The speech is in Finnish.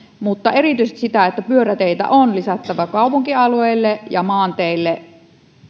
mutta erityisesti pyöräteitä on lisättävä kaupunkialueille ja maanteille